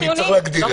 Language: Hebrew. צריך להגדיר את